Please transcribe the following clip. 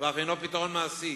ואף אינו פתרון מעשי.